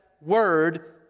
word